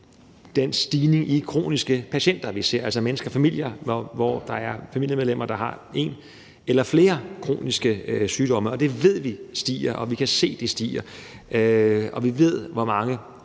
den stigning i kroniske patienter, vi ser, altså familier, hvor der er familiemedlemmer, der har en eller flere kroniske sygdomme. Det ved vi stiger, vi kan se, at det stiger, og vi ved, hvor mange